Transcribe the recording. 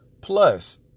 Plus